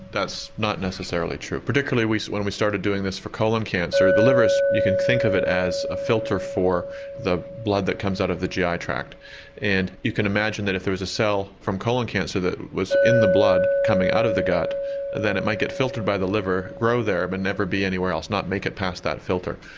that's not necessarily true, particularly when we started doing this for colon cancer, the liver you can think of it as a filter for the blood that comes out of the gi ah tract and you can imagine if there was a cell from colon cancer that was in the blood coming out of the gut then it might get filtered by the liver, grow there but never be anywhere else, not make it past that filter.